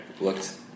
looked